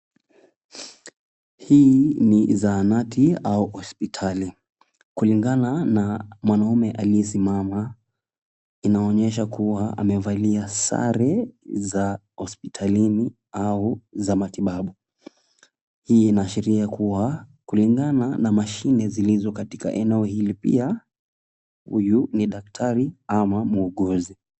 Hii ni zahanati au hospitali. Kulingana na mwanaume aliye simama, inaonyesha kuwa amevalia sare za hospitalini au za matibabu. Hii inaashiria kuwa, kulingana na mashine zilizo katika eneo hili pia huyu ni daktari ama muuguzi.